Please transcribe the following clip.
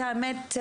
האמת,